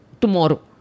tomorrow